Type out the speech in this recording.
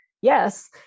yes